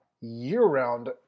year-round